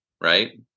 right